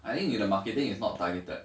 I think you in the marketing is not